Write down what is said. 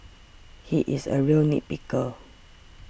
he is a real nit picker